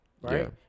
Right